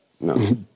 No